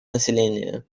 населению